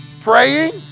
praying